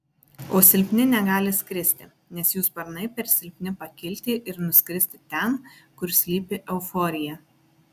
o silpni negali skristi nes jų sparnai per silpni pakilti ir nuskristi ten kur slypi euforija